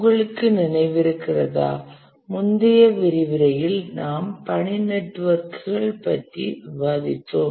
உங்களுக்கு நினைவிருக்கிறதா முந்தைய விரிவுரையில் நாம் பணி நெட்வொர்க்குகள் பற்றி விவாதித்தோம்